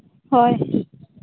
ᱦᱳᱭ